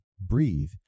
breathe